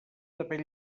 depén